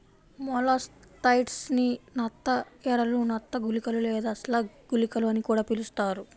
molluscicides ని నత్త ఎరలు, నత్త గుళికలు లేదా స్లగ్ గుళికలు అని కూడా పిలుస్తారు